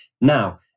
Now